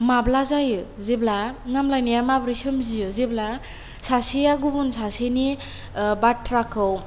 माब्ला जायो जेब्ला नामलायनाया माब्रै सोमजियो जेब्ला सासेया गुबुन सासेनि बाथ्राखौ